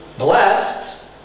blessed